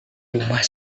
rumah